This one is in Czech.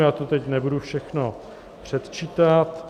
Já to teď nebudu všechno předčítat.